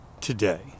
today